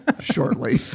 shortly